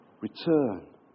Return